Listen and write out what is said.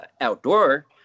outdoor